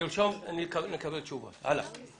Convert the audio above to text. אני רוצה לברר אתך